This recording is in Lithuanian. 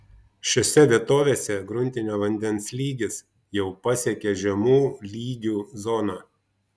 šiose vietovėse gruntinio vandens lygis jau pasiekė žemų lygių zoną